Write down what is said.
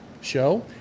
show